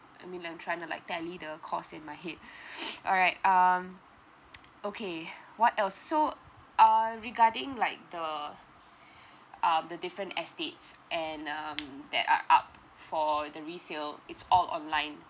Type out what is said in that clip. I mean like I'm tryna like tally the cost in my head alright um okay what else so uh regarding like the um the different estates and um that are up for the resale it's all online